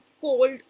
cold